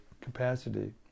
capacity